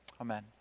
Amen